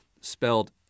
spelled